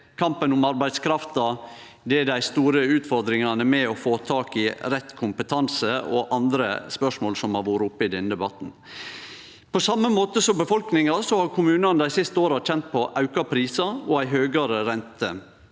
kampen om arbeidskrafta, dei store utfordringane med å få tak i rett kompetanse, eller andre spørsmål som har vore oppe i denne debatten. På same måte som befolkninga har kommunane dei siste åra kjent på auka prisar og ei høgare rente.